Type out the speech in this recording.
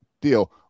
deal